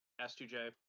s2j